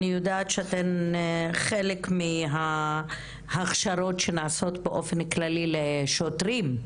אני יודעת שאתן חלק מההכשרות שנעשות באופן כללי לשוטרים,